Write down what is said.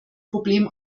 problem